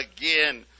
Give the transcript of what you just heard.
again